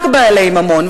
רק בעלי ממון.